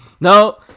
No